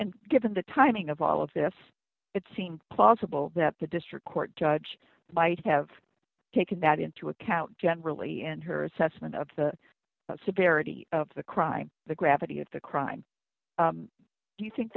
and given the timing of all of this seems plausible that the district court judge might have taken that into account generally and her assessment of the superiority of the crime the gravity of the crime do you think